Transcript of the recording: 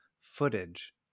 footage